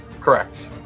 Correct